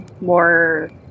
More